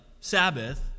Sabbath